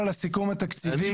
הסיכום התקציבי